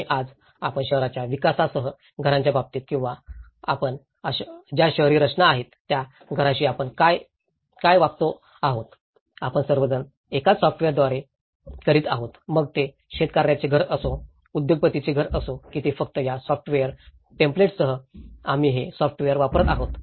आणि आज आपण शहराच्या विकासासह घरांच्या बाबतीत किंवा आपण ज्या शहरी रचना आहेत त्या घराशी आपण काय वागतो आहोत आपण सर्व जण एकाच सॉफ्टवेअरद्वारे करीत आहोत मग ते शेतकर्याचे घर असो उद्योगपतींचे घर असो की ते फक्त या सॉफ्टवेअरच्या टेम्पलेट्ससह आम्ही हे सॉफ्टवेअर वापरत आहोत